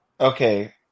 okay